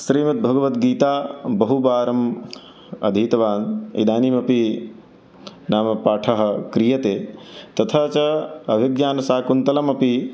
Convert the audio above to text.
श्रीमद्भगवद्गीतां बहुवारम् अधीतवान् इदानीमपि नव पाठः क्रियते तथा च अभिज्ञानशाकुन्तलमपि